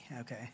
okay